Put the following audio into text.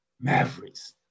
Mavericks